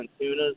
tunas